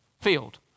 field